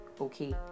Okay